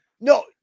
No